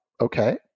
okay